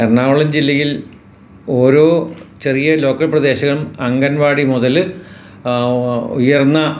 എറണാകുളം ജില്ലയിൽ ഓരോ ചെറിയ ലോക്കൽ പ്രദേശം അങ്കൺവാടി മുതല് ഉയർന്ന